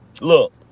look